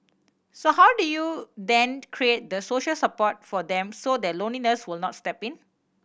so how do you then create the social support for them so that loneliness will not step in